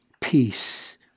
peace